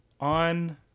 on